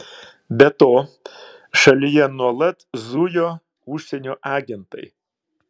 be to šalyje nuolat zujo užsienio agentai